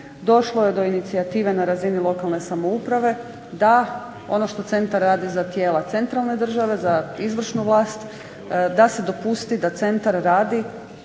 došlo je do inicijative na razini lokalne samouprave da ono što centar radi za tijela centralne države za izvršnu vlast da se dopusti da centar radi